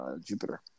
Jupiter